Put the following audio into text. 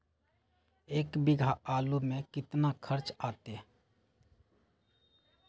एक बीघा आलू में केतना खर्चा अतै?